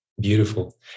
beautiful